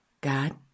God